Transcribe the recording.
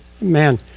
man